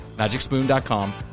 MagicSpoon.com